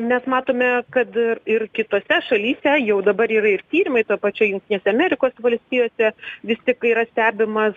mes matome kad ir ir kitose šalyse jau dabar yra ir tyrimai toj pačioj jungtinėse amerikos valstijose vis tik yra stebimas